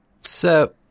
So-